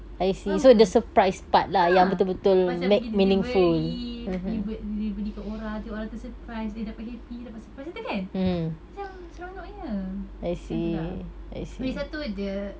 faham ke ha macam pergi delivery pergi pe~ pergi buat delivery kat orang nanti orang tu surprise eh dapat happy dapat surprise gitu kan macam seronoknya macam tu lah lagi satu the